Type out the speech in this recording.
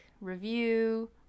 review